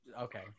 okay